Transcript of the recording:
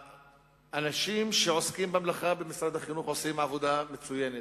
האנשים שעוסקים במלאכה במשרד החינוך עושים עבודה מצוינת,